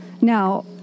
Now